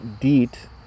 deet